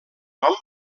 nom